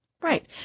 Right